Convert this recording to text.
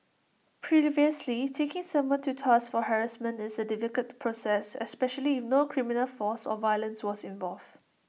previously taking someone to task for harassment is A difficult process especially if no criminal force or violence was involved